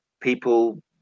people